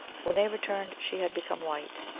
when they returned she had become white.